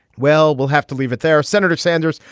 well, we'll have to leave it there, senator sanders.